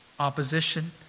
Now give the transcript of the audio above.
opposition